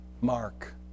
Mark